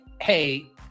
hey